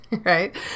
Right